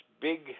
big